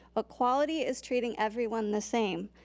equality is treating everyone the same.